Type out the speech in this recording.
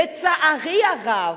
לצערי הרב,